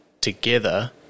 together